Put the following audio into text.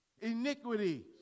iniquities